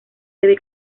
debe